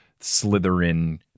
Slytherin